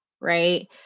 right